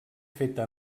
feta